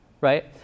Right